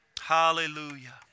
Hallelujah